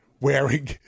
wearing